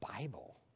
Bible